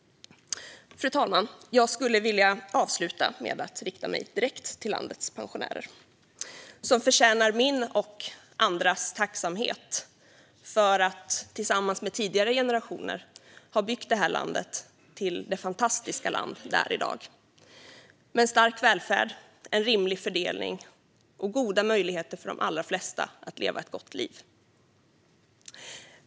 Fru talman! Jag skulle vilja avsluta med att rikta mig direkt till landets pensionärer, som förtjänar min och andras tacksamhet för att de tillsammans med tidigare generationer har byggt detta land till det fantastiska land det är i dag, med en stark välfärd, en rimlig fördelning och goda möjligheter för de allra flesta att leva ett gott liv.